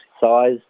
size